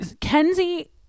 Kenzie